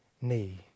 knee